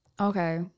Okay